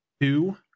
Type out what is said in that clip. two